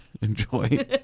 Enjoy